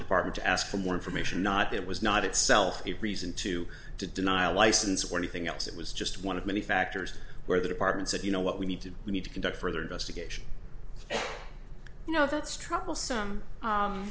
the department to ask for more information but there was not itself a reason to to deny a license or anything else it was just one of many factors where the department said you know what we need to do we need to conduct further investigation you know that's troublesome